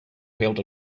held